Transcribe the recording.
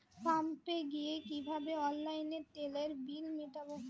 পাম্পে গিয়ে কিভাবে অনলাইনে তেলের বিল মিটাব?